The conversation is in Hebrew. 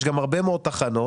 יש גם הרבה מאוד תחנות,